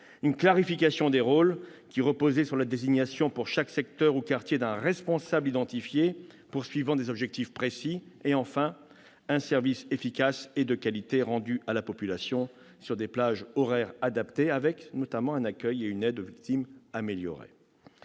une clarification des rôles qui reposait sur la désignation, pour chaque secteur ou quartier, d'un responsable identifié poursuivant des objectifs précis ; enfin, un service efficace et de qualité rendu à la population sur des plages horaires adaptées, avec un accueil et une aide aux victimes améliorés.